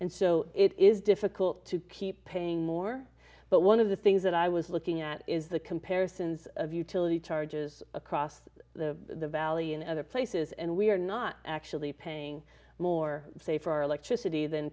and so it is difficult to keep paying more but one of the things that i was looking at is the comparisons of utility charges across the valley and other places and we are not actually paying more say for our electricity than